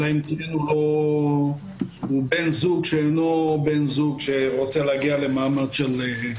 אלא אם כן הוא בן זוג שאינו רוצה להגיע למעמד של ב1.